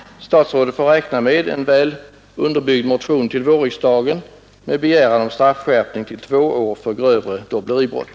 Statsrådet får räkna med en väl underbyggd motion till vårriksdagen med begäran om straffskärpning till två år för grövre dobbleribrott.